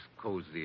cozy